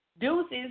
deuces